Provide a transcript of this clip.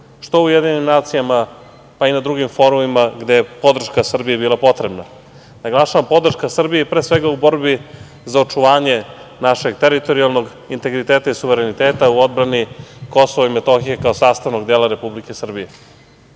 što u UN, pa i na drugim forumima gde je podrška Srbiji bila potrebna. Naglašavam, podrška Srbiji pre svega u borbi za očuvanje našeg teritorijalnog integriteta i suvereniteta u odbrani Kosova i Metohije kao sastavnog dela Republike